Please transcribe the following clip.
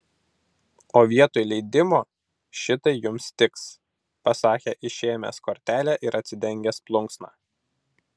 o vietoj leidimo šitai jums tiks pasakė išėmęs kortelę ir atsidengęs plunksną